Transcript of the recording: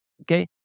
Okay